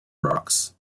rocks